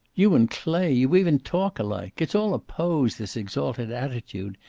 you and clay! you even talk alike. it's all a pose, this exalted attitude.